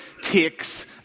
takes